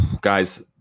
Guys